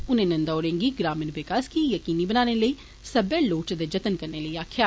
उनें नंदा होरें गी ग्रामीण विकास गी यकीनी बनाने लेई सब्बै लोड़चदे जतन करने लेई आक्खेआ